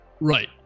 Right